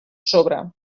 sobre